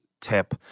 tip